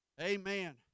Amen